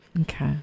Okay